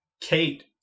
Kate